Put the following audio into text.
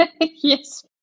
yes